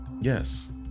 Yes